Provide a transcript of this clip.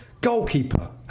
Goalkeeper